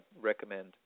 recommend